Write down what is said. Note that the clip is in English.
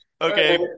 Okay